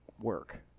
work